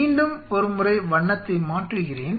மீண்டும் ஒருமுறை வண்ணத்தை மாற்றுகிறேன்